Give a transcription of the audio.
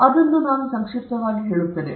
ನಾನು ಅವುಗಳನ್ನು ಸಂಕ್ಷಿಪ್ತವಾಗಿ ವಿವರಿಸುತ್ತೇನೆ